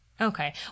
Okay